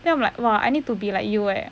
then I'm like !wah! I need to be like you eh